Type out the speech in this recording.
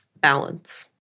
balance